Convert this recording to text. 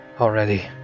already